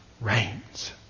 reigns